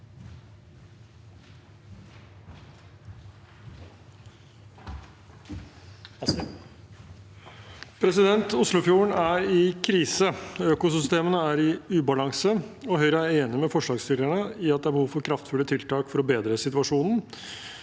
Oslofjorden er i kri- se. Økosystemene er i ubalanse. Høyre er enig med for slagsstillerne i at det er behov for kraftfulle tiltak for å bedre situasjonen,